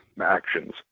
actions